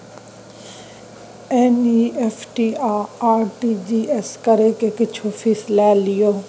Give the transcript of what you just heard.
NEFT आ RTGS करै के कुछो फीसो लय छियै?